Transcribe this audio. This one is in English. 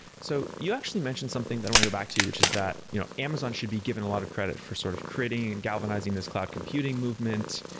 so, you actually mentioned something that i want to go back to, which is that you know amazon should be given a lot of credit for sort of creating and galvanizing this cloud computing movement.